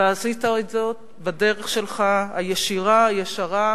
ועשית את זאת בדרך שלך, הישירה, הישרה,